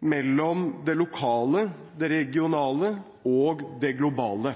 mellom det lokale, det regionale og det globale